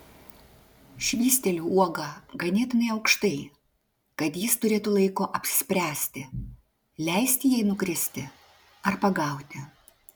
švysteliu uogą ganėtinai aukštai kad jis turėtų laiko apsispręsti leisti jai nukristi ar pagauti